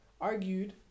argued